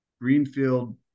Greenfield